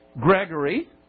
Gregory